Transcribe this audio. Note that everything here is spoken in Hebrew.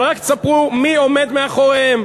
אבל רק תספרו מי עומד מאחוריהן,